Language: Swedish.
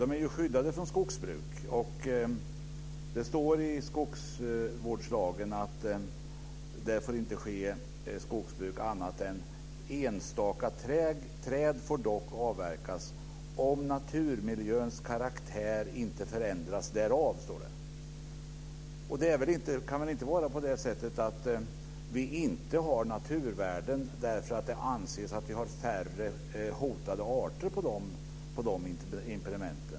De är skyddade från skogsbruk. Det står i skogsvårdslagen att där inte får ske skogsbruk annat än att enstaka träd dock får avverkas om naturmiljöns karaktär inte förändras därav. Det kan inte vara så att vi inte har naturvärden därför att det anses att vi har färre hotade arter på dessa impediment.